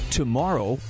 tomorrow